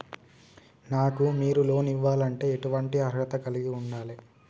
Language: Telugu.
నాకు మీరు లోన్ ఇవ్వాలంటే ఎటువంటి అర్హత కలిగి వుండాలే?